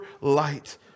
light